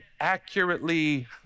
accurately